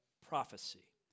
prophecy